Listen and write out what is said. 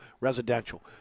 residential